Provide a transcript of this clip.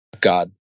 God